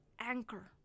anchor